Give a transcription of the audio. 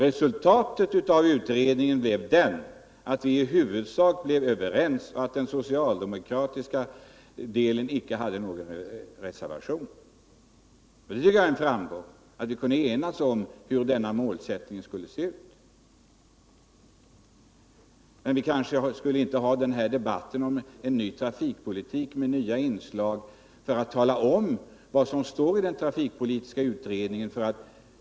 Resultatet av utredningen var att vi i huvudsak blev överens och att den socialdemokratiska delen inte avgav någon reservation. Jag tycker att det var en framgång att vi kunde enas om hur denna målsättning skulle se ut. Men kanske vi inte skulle ha den här debatten om en ny trafikpolitik med nya inslag för att tala om vad som står i den trafikpolitiska utredningen?